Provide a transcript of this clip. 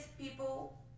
people